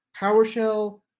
PowerShell